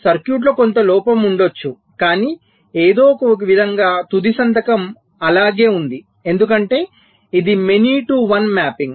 సర్క్యూట్లో కొంత లోపం ఉండొచ్చు కానీ ఏదో ఒకవిధంగా తుది సంతకం అలాగే ఉంది ఎందుకంటే ఇది ఒక మెనీ టు వన్ మ్యాపింగ్